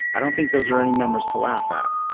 i don't think those are any numbers to laugh at.